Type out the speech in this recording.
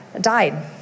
died